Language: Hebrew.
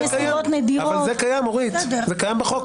זה קיים בחוק.